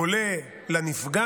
הוא עולה לנפגע,